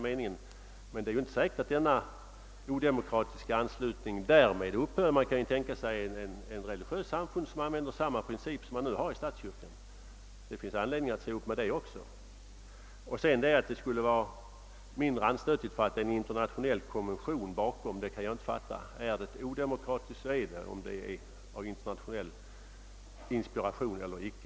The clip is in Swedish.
Men det är ju inte säkert att den odemokratiska anslutningen därmed upphör. Man kan tänka sig ett religiöst samfund som tillämpar sam Åtgärder för att fördjupa och stärka det svenska folkstyret ma princip som statskyrkan nu gör, och då finns det all anledning att gå emot det också. Sedan kan jag till slut inte fatta att en sak kan vara mindre anstötlig därför att det ligger en internationell konvention bakom. Är någonting odemokratiskt, så är det, oavsett om företeelsen är internationellt inspirerad eller inte.